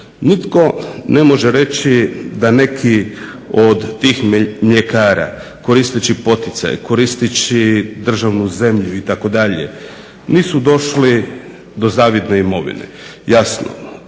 Nitko ne može reći da neki od tih mljekara koristeći poticaje, koristeći državnu zemlju itd., nisu došli do zavidne imovine. jasno